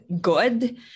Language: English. good